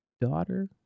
daughter